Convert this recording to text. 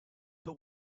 but